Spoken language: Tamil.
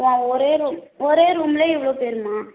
ஆ ஒரே ரூ ஒரே ரூமிலே இவ்வளோ பேருமா